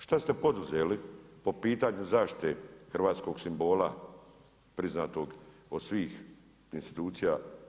Šta ste poduzeli po pitanju zaštite hrvatskog simbola priznatog od svih institucija.